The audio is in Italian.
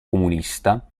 comunista